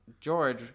George